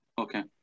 Okay